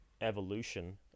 evolution